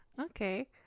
Okay